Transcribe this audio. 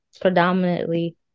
predominantly